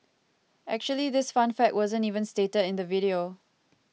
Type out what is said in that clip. actually this fun fact wasn't even stated in the video